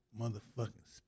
motherfucking